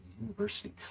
University